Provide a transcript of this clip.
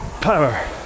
Power